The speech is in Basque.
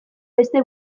beste